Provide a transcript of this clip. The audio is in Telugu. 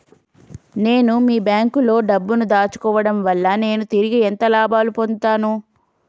నేను మీ బ్యాంకులో డబ్బు ను దాచుకోవటం వల్ల నేను తిరిగి ఎంత లాభాలు పొందుతాను?